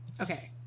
Okay